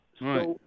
Right